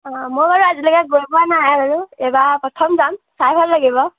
অঁ মই বাৰু আজিলেকৈ গৈ পোৱা নাই বাৰু এইবাৰ পথম যাম চাই ভাল লাগিব